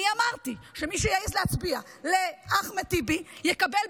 אני אמרתי שמי שיעז להצביע לאחמד טיבי יקבל,